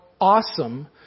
awesome